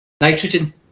nitrogen